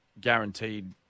guaranteed